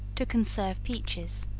to conserve peaches.